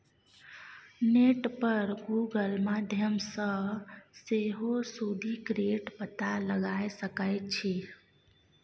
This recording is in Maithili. नेट पर गुगल माध्यमसँ सेहो सुदिक रेट पता लगाए सकै छी